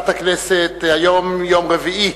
היום יום רביעי,